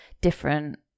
different